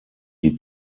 die